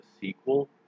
sequel